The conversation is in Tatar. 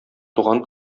туган